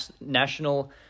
national